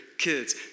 kids